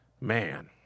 man